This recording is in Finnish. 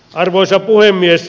arvoisa puhemies